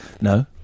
No